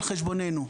על חשבוננו.